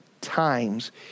times